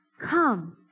Come